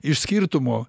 iš skirtumo